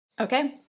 Okay